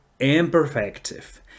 imperfective